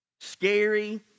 scary